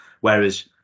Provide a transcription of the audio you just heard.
Whereas